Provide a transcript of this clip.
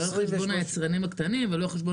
לא על חשבון היצרנים הקטנים ולא על חשבון